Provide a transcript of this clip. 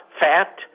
fat